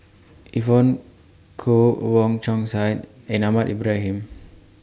Evon Kow Wong Chong Sai and Ahmad Ibrahim